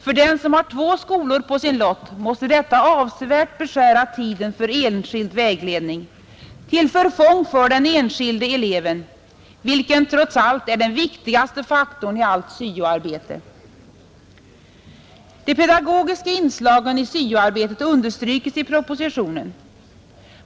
För den som har två skolor på sin lott måste detta avsevärt beskära tiden för enskild vägledning till förfång för den enskilde eleven, vilken trots allt är den viktigaste faktorn i allt syo-arbete. De pedagogiska inslagen i syo-arbetet understrykes i propositionen.